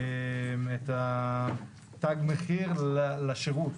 "תג מחיר לשירות".